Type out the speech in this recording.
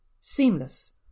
seamless